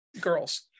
girls